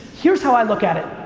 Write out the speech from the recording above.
here's how i look at it,